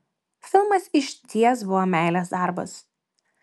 filmas išties buvo meilės darbas